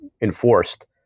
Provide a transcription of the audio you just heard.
enforced